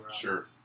Sure